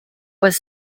was